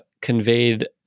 Conveyed